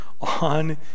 On